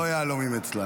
אנחנו לא יהלומים אצלה.